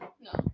No